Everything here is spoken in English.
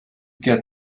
get